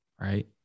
right